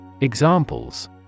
Examples